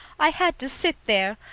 i had to sit there,